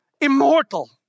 immortal